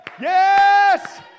Yes